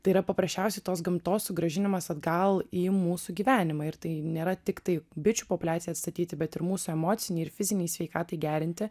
tai yra paprasčiausiai tos gamtos sugrąžinimas atgal į mūsų gyvenimą ir tai nėra tiktai bičių populiacijai atstatyti bet ir mūsų emocinei ir fizinei sveikatai gerinti